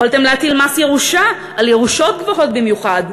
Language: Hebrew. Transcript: יכולתם להטיל מס ירושה על ירושות גבוהות במיוחד,